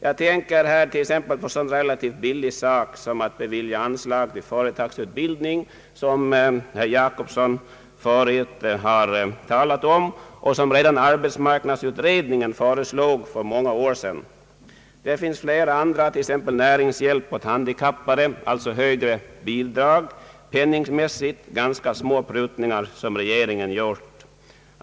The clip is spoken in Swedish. Jag tänker till exempel på en så relativt billig sak som anslag till företagsutbildning, som herr Jacobsson förut har talat om och som redan arbetsmarknadsutredningen föreslog för många år sedan. Det finns flera andra exempel — såsom i fråga om högre bidrag till näringshjälp åt handikappade — på penningmässigt ganska små prutningar som regeringen gjort.